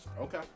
Okay